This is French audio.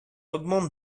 augmente